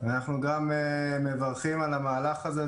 אנחנו גם מברכים על המהלך הזה.